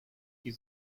die